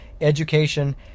education